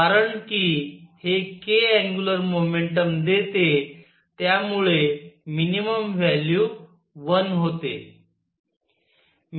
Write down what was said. कारण कि हे k अँग्युलर मोमेंटम देते त्यामुळे मिनिमम व्हॅल्यू 1 होते